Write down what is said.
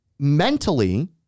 mentally